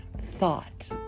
thought